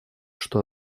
что